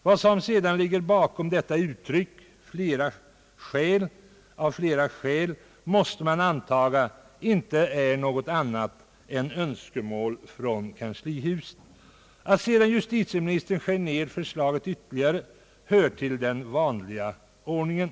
Vad som ligger bakom detta uttryck »av flera skäl», måste man antaga inte är något annat än önskemål från kanslihuset. Att sedan justitieministern skär ner förslaget ytterligare hör till den vanliga oråningen.